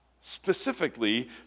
specifically